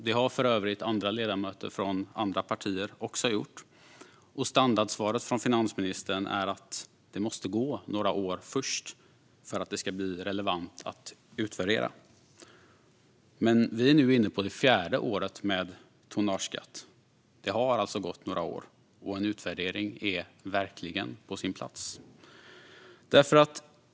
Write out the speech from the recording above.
Det har för övrigt ledamöter från andra partier också gjort. Standardsvaret från Magdalena Andersson är att det först måste gå några år för att det ska bli relevant att utvärdera. Men vi är nu inne på det fjärde året med tonnageskatt. Det har alltså gått några år, och en utvärdering är verkligen på sin plats.